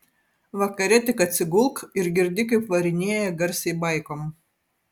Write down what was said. vakare tik atsigulk ir girdi kaip varinėja garsiai baikom